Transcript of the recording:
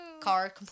car